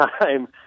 time